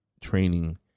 training